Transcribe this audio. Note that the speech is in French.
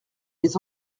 les